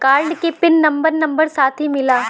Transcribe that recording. Card के pin number number साथही मिला?